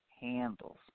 handles